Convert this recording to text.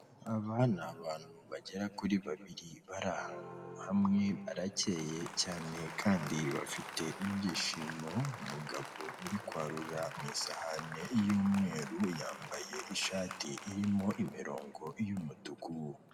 Aba ni abantu bagera kuri babiri bari ahantu hamwe barakeye cyane kandi bafite ibyishimo, umugabo uri kwarura mu isahani y'umweru yambaye ishati irimo imirongo y'umutuku.